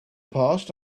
past